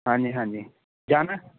ਹਾਂਜੀ ਹਾਂਜੀ